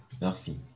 Merci